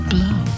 Blow